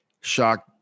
shock